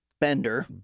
bender